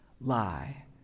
lie